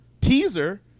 teaser